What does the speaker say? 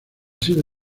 sido